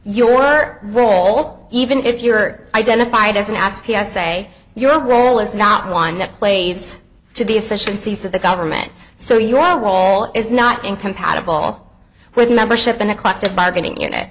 your role even if you were identified as an ass p s a your role is not one that plays to the efficiencies of the government so your role is not incompatible with membership in a collective bargaining unit